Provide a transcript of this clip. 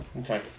Okay